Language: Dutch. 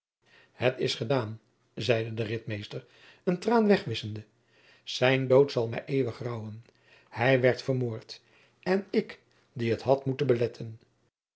het is gedaan zeide de ritmeester een traan wegwisschende zijn dood zal mij eeuwig rouwen hij werd vermoord en ik die het had moeten beletten